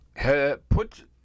put